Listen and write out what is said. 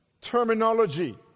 terminology